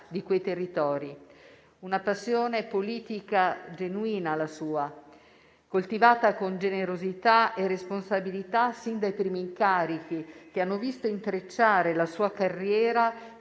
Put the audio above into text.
di quei territori. Una passione politica genuina fu la sua, coltivata con generosità e responsabilità sin dai primi incarichi che hanno visto intrecciare la sua carriera